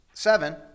Seven